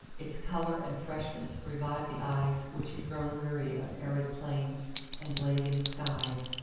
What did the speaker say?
its color and freshness revived the eyes which had grown weary of arid plains and blazing skies.